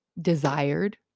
desired